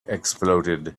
exploded